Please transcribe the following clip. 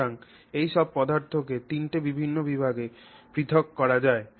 সুতরাং এই সব পদার্থকে তিনটি বিভিন্ন বিভাগে পৃথক করা যায়